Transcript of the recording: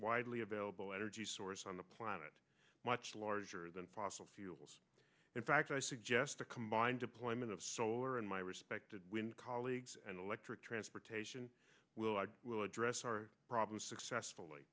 widely available energy source on the planet much larger than fossil fuels in fact i suggest the combined deployment of solar and my respected wind colleagues and electric transportation will i will address our problems successfully